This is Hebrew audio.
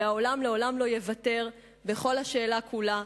העולם לעולם לא יוותר בכל השאלה כולה,